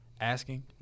asking